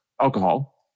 alcohol